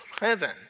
heaven